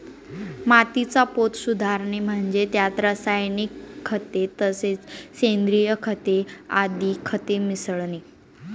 मातीचा पोत सुधारणे म्हणजे त्यात रासायनिक खते तसेच सेंद्रिय खते आदी खते मिसळणे